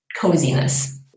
coziness